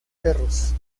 cerros